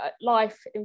life